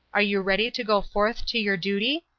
are you ready to go forth to your duty?